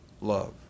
love